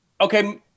okay